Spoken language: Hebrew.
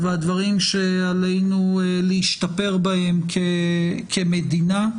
והדברים שעלינו להשתפר בהם כמדינה.